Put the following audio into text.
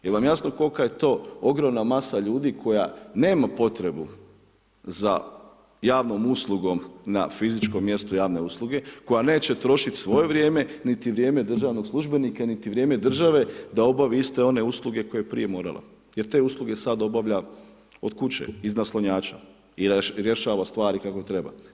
Jel vam jasno kolika je to ogromna masa ljudi koja nema potrebu za javnu uslugu, na fizičko mjesto javne usluge, koja neće trošiti svoje vrijeme, niti vrijeme državnog službenika, niti vrijeme države, da obavi iste one usluge, koje je prije morala, jer te usluge sada obavlja od kuće iz naslonjača i rješava stvari kako treba.